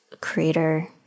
creator